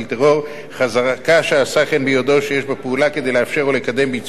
חזקה שעשה כן ביודעו שיש בפעולה כדי לאפשר או לקדם ביצוע מעשה טרור.